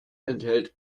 enthält